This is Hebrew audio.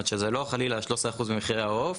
זאת אומרת שזה לא חלילה 13% ממחירי העוף,